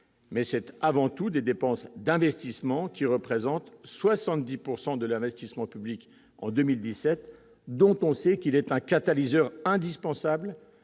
mais c'était avant tout des dépenses d'investissement qui représentent 70 pourcent de de l'investissement public en 2017, dont on sait qu'il est un catalyseur indispensable